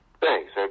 Thanks